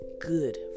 good